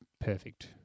Perfect